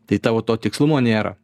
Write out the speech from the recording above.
tai tavo to tikslumo nėra